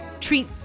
treat